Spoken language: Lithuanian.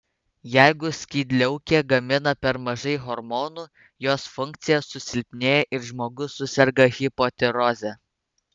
jeigu skydliaukė gamina per mažai hormonų jos funkcija susilpnėja ir žmogus suserga hipotiroze